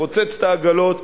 לפוצץ את העגלות.